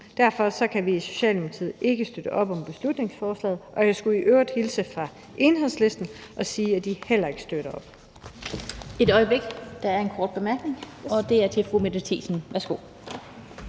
Derfor kan vi i Socialdemokratiet ikke støtte op om beslutningsforslaget. Jeg skulle i øvrigt hilse fra Enhedslisten og sige, at de heller ikke støtter op. Kl. 17:01 Den fg. formand (Annette Lind): Der er en kort bemærkning, og den er fra fru Mette Thiesen. Værsgo.